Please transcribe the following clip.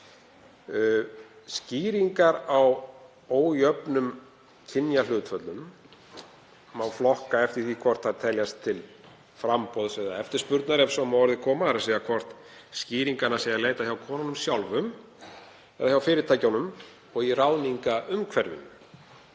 Skýringar á ójöfnum kynjahlutföllum má flokka eftir því hvort þær teljast til framboðs eða eftirspurnar, ef svo má að orði komast, þ.e. hvort skýringanna sé að leita hjá konunum sjálfum eða hjá fyrirtækjunum og í ráðningarumhverfinu.